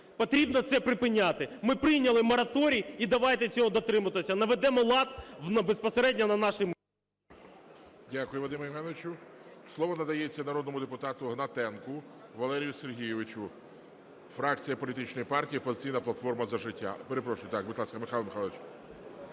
Потрібно це припиняти. Ми прийняли мораторій і давайте цього дотримуватися. Наведемо лад безпосередньо на нашому...